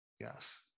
Yes